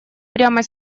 прямо